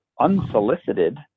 unsolicited